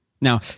Now